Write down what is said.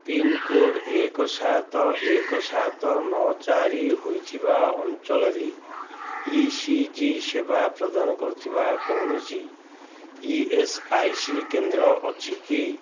pincode ଏକ ସାତ ଏକ ସାତ ନଅ ଚାରି ହେଇଥିବା ଅଞ୍ଚଳରେ ଇ ସି ଜି ସେବା ପ୍ରଦାନ କରୁଥିବା କୌଣସି ଇ ଏସ୍ ଆଇ ସି କେନ୍ଦ୍ର ଅଛି କି